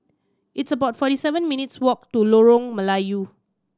it's about forty seven minutes' walk to Lorong Melayu